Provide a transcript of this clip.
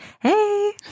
hey